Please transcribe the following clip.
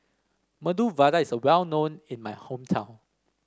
Medu Vada is well known in my hometown